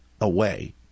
away